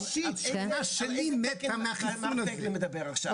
שכנה שלי מתה מהחיסון הזה.